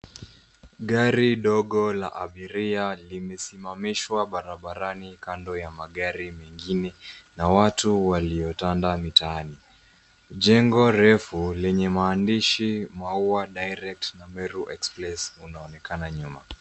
Gari ndogo la abiria limesimamishwa barabarani kando ya magari mengine na watu waliotanda mitaani. Jengo refu lenye maandishi, maua direct na meru express, unaonekana nyuma.